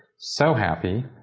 so happy,